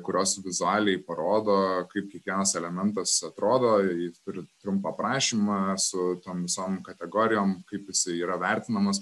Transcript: kurios vizualiai parodo kaip kiekvienas elementas atrodo ji turi trumpą aprašymą su tom visom kategorijom kaip jisai yra vertinamas